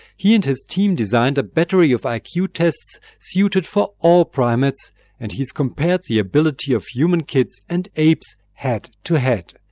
he and his team designed a battery of like iq tests suited for all primates and he's compared the ability of human kids and apes head to head.